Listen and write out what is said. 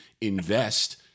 invest –